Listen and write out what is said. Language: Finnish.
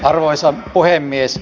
arvoisa puhemies